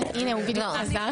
כן, הנה, הוא בדיוק חזר.